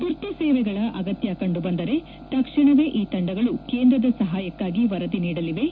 ತುರ್ತು ಸೇವೆಗಳ ಅಗತ್ಯ ಕಂಡುಬಂದರೆ ತಕ್ಷಣವೇ ಈ ತಂಡಗಳು ಕೇಂದ್ರದ ಸಹಾಯಕ್ಕಾಗಿ ವರದಿ ನೀಡಲಿವೆ